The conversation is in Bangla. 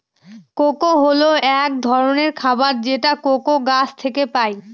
কোকো হল এক ধরনের খাবার যেটা কোকো গাছ থেকে পায়